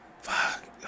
fuck